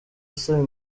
asaba